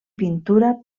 pintura